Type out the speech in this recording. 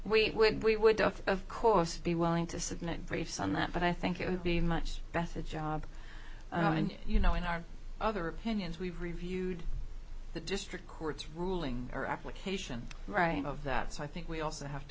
ours we would of course be willing to submit briefs on that but i think it would be much better job and you know in our other opinions we've reviewed the district court's ruling our application right of that so i think we also have to